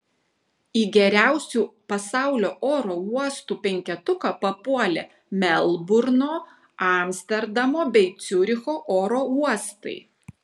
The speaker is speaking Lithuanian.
į geriausių pasaulio oro uostų penketuką papuolė melburno amsterdamo bei ciuricho oro uostai